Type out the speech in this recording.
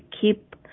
keep